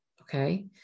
okay